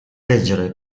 leggere